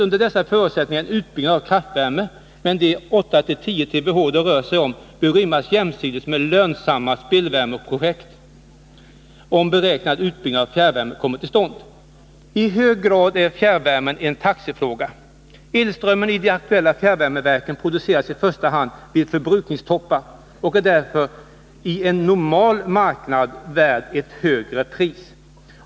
Under dessa förutsättningar behövs en utbyggnad av kraftvärme, men de 8-10 TWh det rör sig om bör rymmas jämsides med lönsamma spillvärmeprojekt, om beräknad utbyggnad av fjärrvärmen kommer till stånd. I hög grad är kraftvärmen en taxefråga. Elströmmen i de aktuella kraftvärmeverken produceras i första hand vid förbrukningstoppar och är därför i en normal marknad värd ett högre pris.